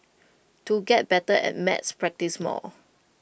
to get better at maths practise more